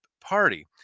party